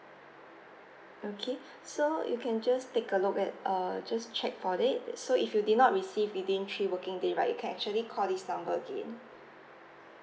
okay so you can just take a look at err just check for it so if you did not receive within three working day right you can actually call this number again